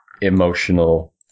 emotional